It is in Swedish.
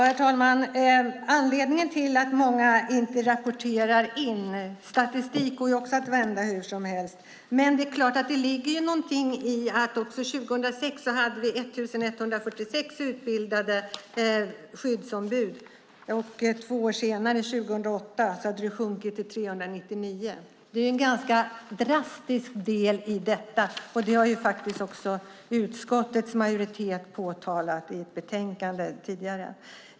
Herr talman! Det finns en anledning till att många inte rapporterar in. Statistik går att vända hur som helst. Men det är klart att det ligger någonting i att vi 2006 hade 1 146 utbildade skyddsombud. Två år senare, 2008, hade antalet sjunkit till 399. Det är en ganska drastisk del i detta, vilket också utskottets majoritet har påtalat i ett betänkande tidigare.